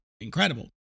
incredible